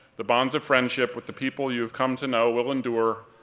the bonds of friendship with the people you have come to know will endure,